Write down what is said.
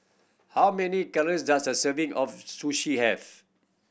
how many calories does a serving of Sushi have